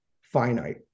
finite